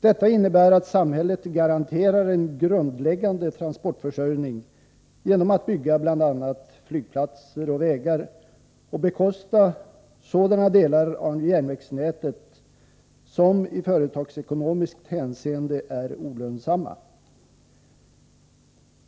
Detta innebär att samhället garanterar en grundläggande transportförsörjning genom att bygga bl.a. flygplatser och vägar och bekosta sådana delar av järnvägsnätet som i företagsekonomiskt hänseende är olönsamma.